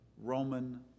Roman